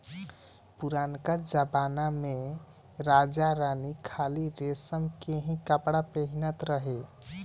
पुरनका जमना में राजा रानी खाली रेशम के ही कपड़ा पहिनत रहे